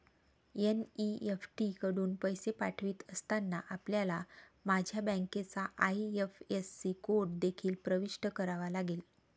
NEFT कडून पैसे पाठवित असताना, आपल्याला माझ्या बँकेचा आई.एफ.एस.सी कोड देखील प्रविष्ट करावा लागेल